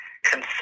concern